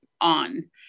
on